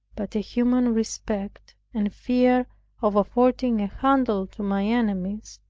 but a human respect, and fear of affording a handle to my enemies,